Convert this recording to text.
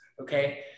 okay